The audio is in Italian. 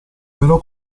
però